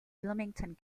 bloomington